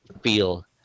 feel